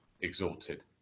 exalted